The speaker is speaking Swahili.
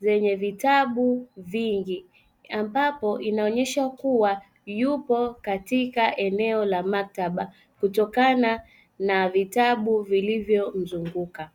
zenye vitabu vingi ambapo inaonyesha kuwa yupo katika eneo la maktaba kutokana na vitabu vilivyomzunguka.